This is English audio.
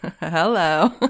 Hello